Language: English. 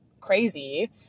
crazy